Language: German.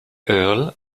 earl